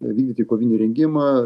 vykdyti kovinį rengimą